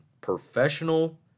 professional